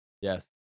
Yes